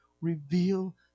Reveal